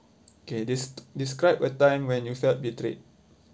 okay des~ describe a time when you felt betrayed